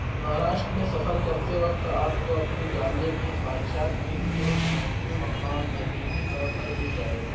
مہاراشٹ میں سفر کرتے وقت آپ کو اپنی گانے کی خواہشات کے لیے ایک موزوں مقام یقینی طور پر مل جائے گا